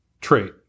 trait